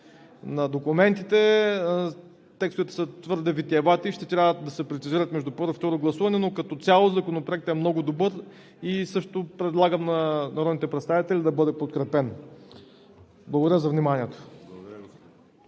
на документите. Текстовете са твърде витиевати и ще трябва да се прецизират между първо и второ гласуване. Като цяло Законопроектът е много добър и също предлагам на народните представители да бъде подкрепен. Благодаря за вниманието.